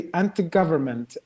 anti-government